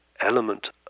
element